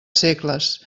segles